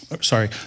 sorry